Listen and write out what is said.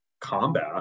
combat